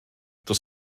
does